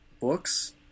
books